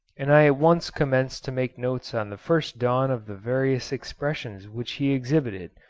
and i at once commenced to make notes on the first dawn of the various expressions which he exhibited,